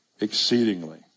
exceedingly